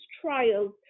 trials